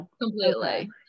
completely